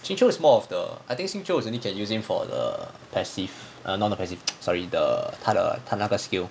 xing qiu is more of the I think xing qiu is only using for the passive uh no not passive sorry the 它的它那个 skill